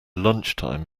lunchtime